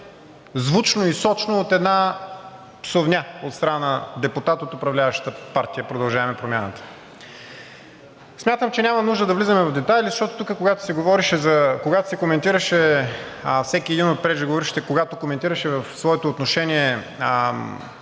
звучно и сочно от една псувня от страна на депутат от управляващата партия „Продължаваме Промяната“. Смятам, че няма нужда да влизаме в детайли, защото тук, когато се коментираше всеки един от преждеговорившите, когато коментираше в своето отношение